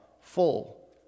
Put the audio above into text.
full